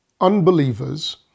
unbelievers